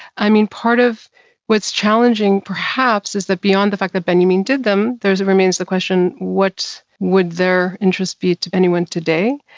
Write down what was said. i mean, part of what's challenging, perhaps, is that, beyond the fact that benjamin did them, there remains the question, what would their interest be to anyone today?